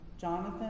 Jonathan